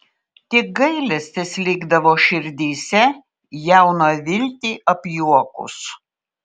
tik gailestis likdavo širdyse jauną viltį apjuokus